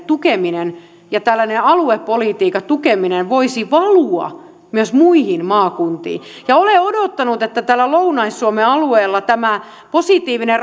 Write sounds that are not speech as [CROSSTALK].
tukeminen ja tällainen aluepolitiikan tukeminen voisi valua myös muihin maakuntiin olen odottanut että lounais suomen alueella tämä positiivinen [UNINTELLIGIBLE]